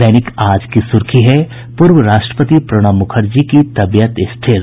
दैनिक आज की सुर्खी है पूर्व राष्ट्रपति प्रणब मुखर्जी की तबीयत स्थिर